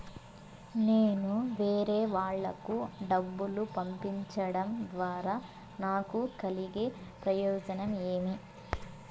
నేను వేరేవాళ్లకు డబ్బులు పంపించడం ద్వారా నాకు కలిగే ప్రయోజనం ఏమి?